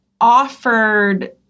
offered